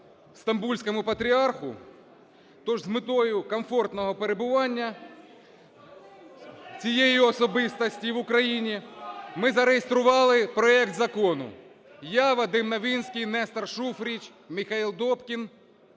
Стамбульському Патріарху, тож з метою комфортного перебування цієї особистості в Україні, ми зареєстрували проект закону. Я, Вадим Новинський, Нестор Шуфрич, Міхаіл Добкін